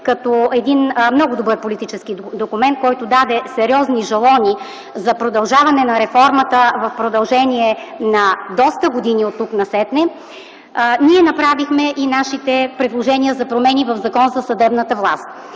като много добър политически документ, който даде сериозни жалони за продължаване на реформата доста години оттук насетне, направихме и нашите предложения за промени в Закона за съдебната власт.